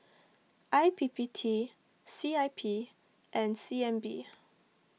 I P P T C I P and C N B